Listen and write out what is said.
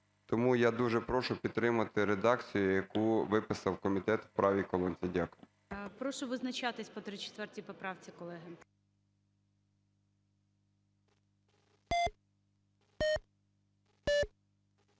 Тому я дуже прошу підтримати редакцію, яку виписав комітет в правій колонці. Дякую. ГОЛОВУЮЧИЙ. Прошу визначатися по 34 поправці, колеги.